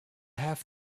have